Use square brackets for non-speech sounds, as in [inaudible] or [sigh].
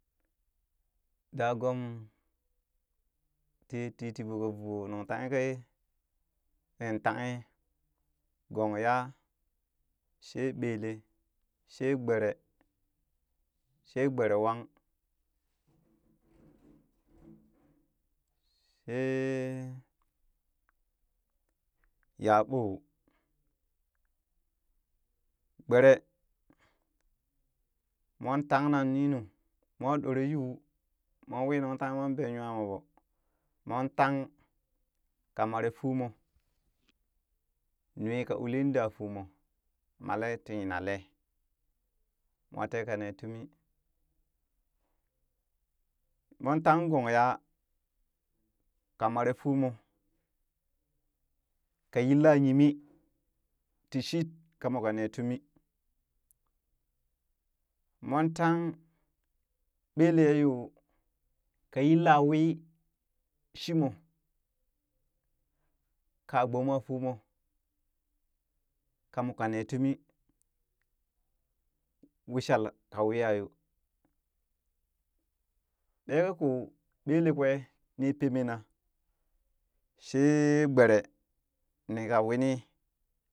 Dagom tiyee titi ɓo ka vokoo nungntanghe kaye nin tanghe gong yaa, she ɓelee she gbere, she gberewang, [noise] shee. yaɓoo, gberee moon tangna ninu mowa ɗore yuu moon wii nungtanghe moon ben nyamoo ɓoo moon tang ka mare fuumoo nui ka ulin da fuumoo malee ti yinalee moo taka nee tumii moon tangh gongyaa ka mare fuumoo ka yilla yimi ti shit ka moo ka nee tumii moon tangh ɓelee yaa yoo kaa yilla wii shimoo ka gboma fuumoo ka mooka nee tumi wishal ka wiiya yoo ɓee kaa koo ɓelee kwee ni peme na shee gbere nika wini